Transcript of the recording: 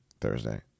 Thursday